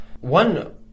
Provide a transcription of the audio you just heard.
one